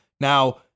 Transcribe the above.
Now